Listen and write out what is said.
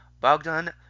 Bogdan